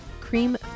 cream